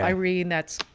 i mean, that's,